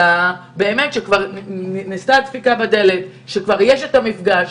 באמת כשכבר נעשתה הדפיקה בדלת, כשכבר יש את המפגש.